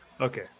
okay